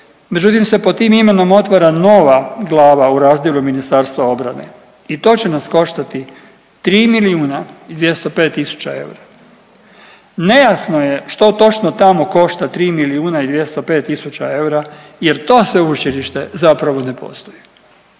Međutim, se pod tim imenom otvara nova glava u razdjelu Ministarstva obrane i to će nas koštati 3 milijuna i 205 tisuća eura. Nejasno je što točno tamo košta 3 milijuna i 205 tisuća eura jer to sveučilište zapravo ne postoji.